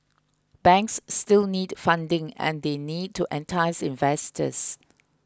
banks still need funding and they need to entice investors